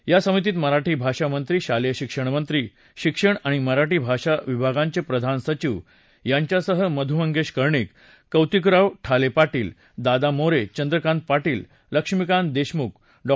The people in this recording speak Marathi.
या समितीत मराठी भाषा मंत्री शालेय शिक्षण मंत्री शिक्षण आणि मराठी भाषा विभागांचे प्रधान सचिव यांच्यासह मध्य मंगेश कर्णिक कौतिकराव ठाले पाटील दादा गोरे चंद्रकांत पाटील लक्ष्मीकांत देशमुख डॉ